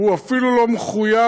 הוא אפילו לא מחויב